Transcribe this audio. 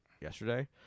yesterday